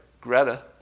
Greta